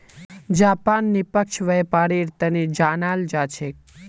Japan निष्पक्ष व्यापारेर तने जानाल जा छेक